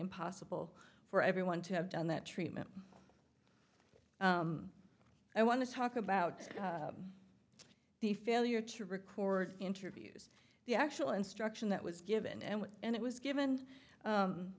impossible for everyone to have done that treatment i want to talk about the failure to record interviews the actual instruction that was given and and it was given